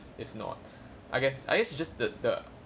if not I guess I guess it's just the the